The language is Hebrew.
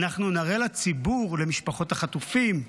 נראה לציבור, למשפחות החטופים,